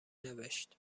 نوشت